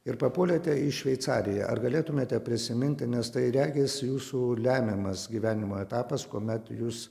ir papuolėte į šveicariją ar galėtumėte prisiminti nes tai regis jūsų lemiamas gyvenimo etapas kuomet jus